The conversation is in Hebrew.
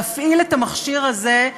להפעיל את המכשיר הזה,